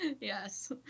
yes